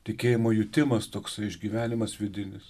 tikėjimo jutimas toks išgyvenimas vidinis